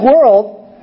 world